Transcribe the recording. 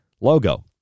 logo